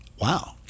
wow